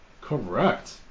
Correct